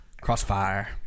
Crossfire